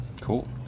Cool